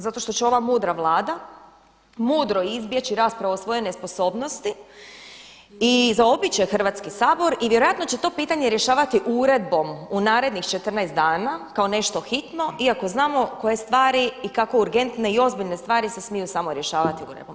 Zato što će ova mudra Vlada mudro izbjeći raspravu o svojoj nesposobnosti i zaobići Hrvatski sabor i vjerojatno će to pitanje rješavati uredbom u narednih 14 dana kao nešto hitno iako znamo koje stvari i kako urgentne i ozbiljne stvari se smiju rješavati uredbom.